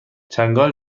چنگال